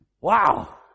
Wow